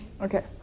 Okay